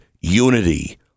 unity